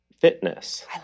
fitness